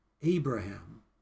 Abraham